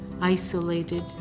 isolated